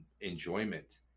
enjoyment